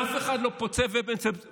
אף אחד לא פוצה פה ומצפצף.